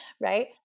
right